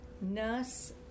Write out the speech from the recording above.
nurse